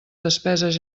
despeses